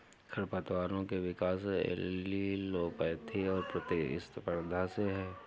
खरपतवारों के विकास एलीलोपैथी और प्रतिस्पर्धा से है